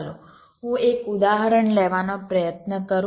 ચાલો હું એક ઉદાહરણ લેવાનો પ્રયત્ન કરું